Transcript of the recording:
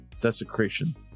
desecration